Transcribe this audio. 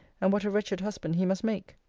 and what a wretched husband he must make.